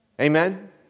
Amen